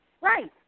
Right